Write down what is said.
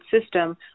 system